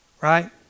right